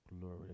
Glory